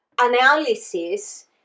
analysis